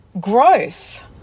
growth